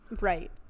Right